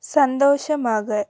சந்தோஷமாக